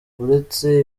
uretse